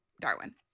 Darwin